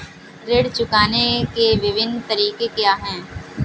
ऋण चुकाने के विभिन्न तरीके क्या हैं?